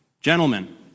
Gentlemen